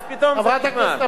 אז פתאום זה נגמר.